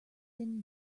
thin